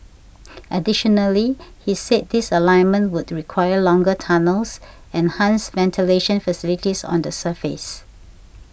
additionally he said this alignment would require longer tunnels and hence ventilation facilities on the surface